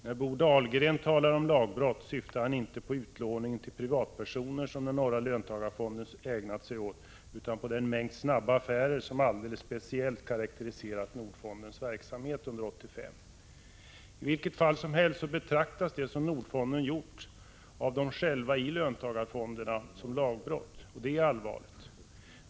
När Bo Dahlgren talar om lagbrott syftar han inte på den utlåning till privatpersoner som den norra löntagarfonden ägnat sig åt utan på den mängd snabba affärer som alldeles speciellt karakteriserat Nordfondens verksamhet under 1985. I vilket fall som helst betraktas det som Nordfonden gjort av löntagarfonderna själva som lagbrott, och det är allvarligt.